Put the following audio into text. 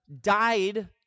died